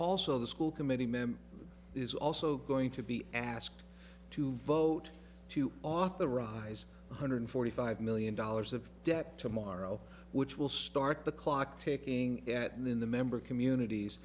also the school committee member is also going to be asked to vote to authorize one hundred forty five million dollars of debt tomorrow which will start the clock ticking at in the member communities